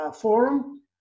Forum